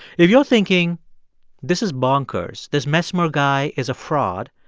if you're thinking this is bonkers, this mesmer guy is a fraud,